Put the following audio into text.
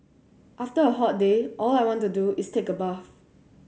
after a hot day all I want to do is take a bath